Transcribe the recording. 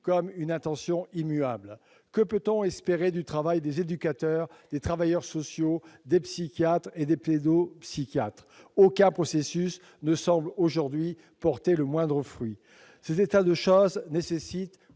comme une intention immuable ? Que peut-on espérer du travail des éducateurs, des travailleurs sociaux, des psychiatres et des pédopsychiatres ? Aucun processus ne semble aujourd'hui porter le moindre fruit. Cet état de choses impose